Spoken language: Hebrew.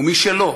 ומי שלא,